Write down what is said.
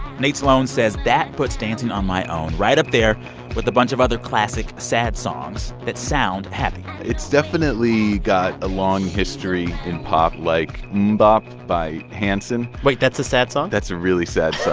nate sloan says that puts dancing on my own right up there with a bunch of other classic sad songs that sound happy it's definitely got a long history in pop, like, mmmbop by hanson wait, that's a sad song that's a really sad